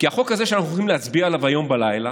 כי החוק הזה שאנחנו הולכים להצביע עליו היום בלילה,